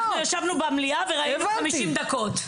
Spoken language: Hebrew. אנחנו ישבנו במליאה וראינו 50 דקות.